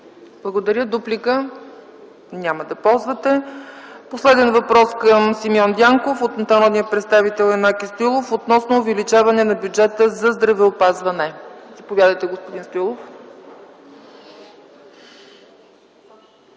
Благодаря. Дуплика? Няма да ползвате. Последен въпрос към Симеон Дянков от народния представител Янаки Стоилов относно увеличаване на бюджета за здравеопазване. Заповядайте, господин Стоилов.